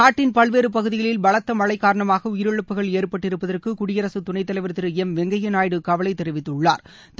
நாட்டின் பல்வேறு பகுதிகளில் பலத்த மழை காரணமாக உயிரிழப்புகள் ஏற்பட்டிருப்பதற்கு குடியரசு துணைத்தலைவா் திரு எம் வெங்கையா நாயுடு கவலை தெரிவித்துள்ளாா்